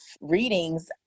readings